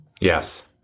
Yes